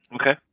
Okay